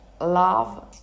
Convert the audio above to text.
love